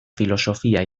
filosofia